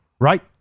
right